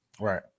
Right